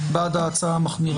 בעד ההצעה המחמירה.